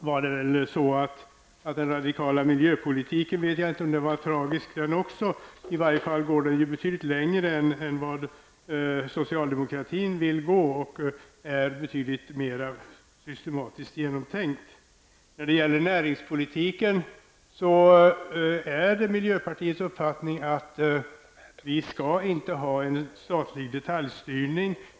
Jag vet inte om också den radikala miljöpolitiken ansågs tragisk, men den går i varje fall betydligt längre än socialdemokratin vill gå och är betydligt mera systematiskt genomtänkt. När det gäller näringspolitiken är det miljöpartiets uppfattning att vi inte skall ha en statlig detaljstyrning.